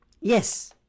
Yes